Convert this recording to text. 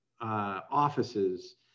offices